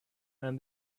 and